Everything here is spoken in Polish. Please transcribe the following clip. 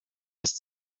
jest